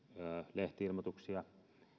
lehti ilmoituksia